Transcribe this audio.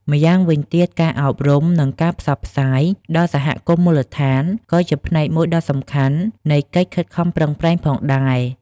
ម្យ៉ាងវិញទៀតការអប់រំ និងការផ្សព្វផ្សាយ ដល់សហគមន៍មូលដ្ឋានក៏ជាផ្នែកមួយដ៏សំខាន់នៃកិច្ចខិតខំប្រឹងប្រែងផងដែរ។